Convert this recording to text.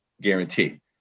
guarantee